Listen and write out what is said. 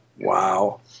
wow